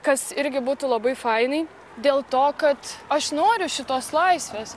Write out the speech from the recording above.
kas irgi būtų labai fainai dėl to kad aš noriu šitos laisvės